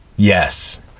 Yes